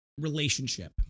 relationship